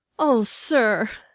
o sir!